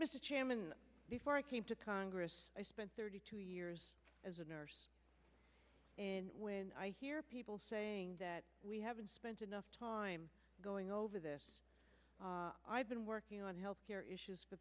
chairman before i came to congress i spent thirty two years as a nurse and when i hear people saying that we haven't spent enough time going over this i've been working on health care issues for